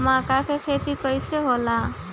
मका के खेती कइसे होला?